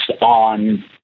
on